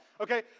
Okay